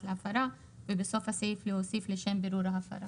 להפרה ובסוף הסעיף להוסיף "לשם בירור ההפרה".